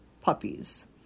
puppies